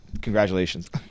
congratulations